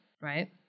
right